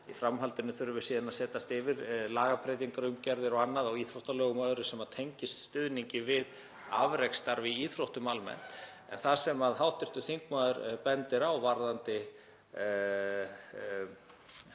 Í framhaldinu þurfum við síðan að setjast yfir lagabreytingar, umgjarðir og annað á íþróttalögum og öðru sem tengist stuðningi við afreksstarf í íþróttum almennt. Það sem hv. þingmaður bendir á varðandi